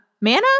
Mana